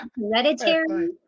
hereditary